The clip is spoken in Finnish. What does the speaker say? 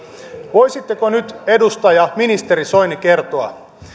voisitteko nyt ministeri soini kertoa